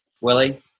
Willie